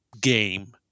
game